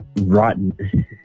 Rotten